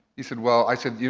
he said, well. i said,